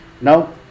now